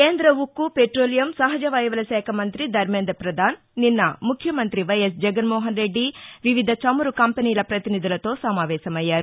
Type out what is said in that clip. కేంద్ర ఉక్కు పెట్టోలియం సహజవాయువుల శాఖ మంతి ధర్మేంద్ర ప్రధాన్ నిన్న ముఖ్యమంత్రి వైయస్ జగన్మోహన్రెడ్దివివిధ చమురు కంపెనీల పతినిధులతో సమావేశమయ్యారు